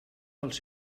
dels